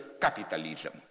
capitalism